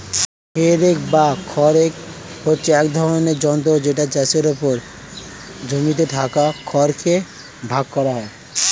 হে rake বা খড় rake হচ্ছে এক ধরণের যন্ত্র যেটা চাষের পর জমিতে থাকা খড় কে ভাগ করা হয়